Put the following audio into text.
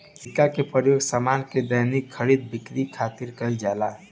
सिक्का के प्रयोग सामान के दैनिक खरीद बिक्री खातिर कईल जाला